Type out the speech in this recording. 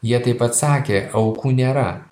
jie taip pat sakė aukų nėra